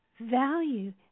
Value